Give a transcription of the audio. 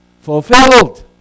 fulfilled